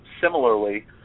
similarly